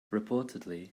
reportedly